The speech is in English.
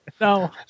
No